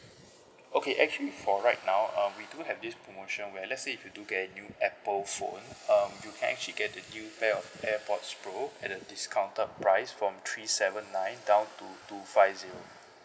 okay actually for right now uh we do have this promotion where let's say if you do get a new apple phone um you can actually get the new pair of airpods pro at the discounted price from three seven nine down to two five zero